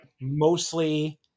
mostly